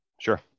Sure